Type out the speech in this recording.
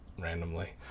randomly